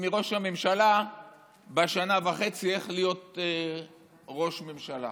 מראש הממשלה בשנה וחצי איך להיות ראש ממשלה.